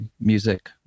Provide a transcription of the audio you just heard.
music